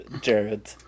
Jared